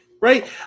Right